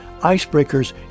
Icebreakers